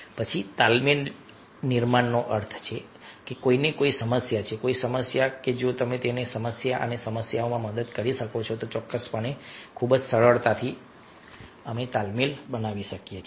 પછી તાલમેલ નિર્માણનો અર્થ છે કે કોઈને કોઈ સમસ્યા છે કોઈ સમસ્યા છે અને જો તમે તેને તે સમસ્યા અને સમસ્યાઓમાં મદદ કરી શકો તો ચોક્કસપણે ખૂબ જ સરળતાથી અમે તાલમેલ બનાવી શકીએ છીએ